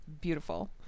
beautiful